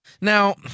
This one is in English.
Now